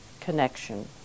connection